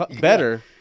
better